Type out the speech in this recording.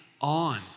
on